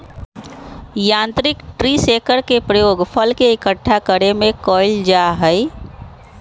यांत्रिक tree shaker के प्रयोग फल के इक्कठा करे में कइल जाहई